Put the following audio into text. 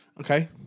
Okay